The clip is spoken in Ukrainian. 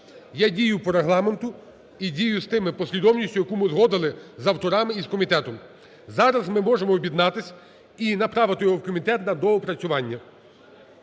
Я дію по Регламенту і дію з тою послідовністю, яку ми узгодили з авторами і комітетом. Зараз ми можемо об'єднатися і направити його в комітет на доопрацювання.